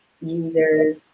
users